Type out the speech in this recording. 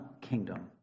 kingdom